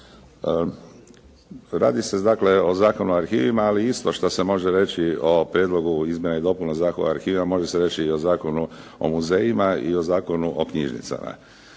Radi se dakle o Zakonu o arhivima, ali isto što se može reći o prijedlogu izmjena i dopuna Zakona o arhivima može se reći i o Zakonu o muzejima i o Zakonu o knjižnicama.